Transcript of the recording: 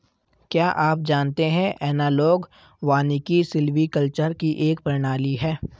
क्या आप जानते है एनालॉग वानिकी सिल्वीकल्चर की एक प्रणाली है